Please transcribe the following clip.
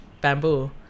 bamboo